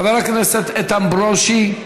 חבר הכנסת איתן ברושי,